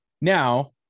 Now